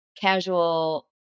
casual